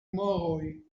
moroj